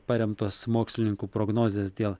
paremtos mokslininkų prognozės dėl